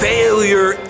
Failure